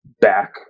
back